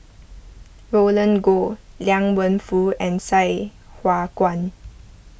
Roland Goh Liang Wenfu and Sai Hua Kuan